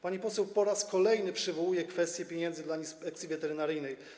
Pani poseł po raz kolejny przywołuje kwestię pieniędzy dla Inspekcji Weterynaryjnej.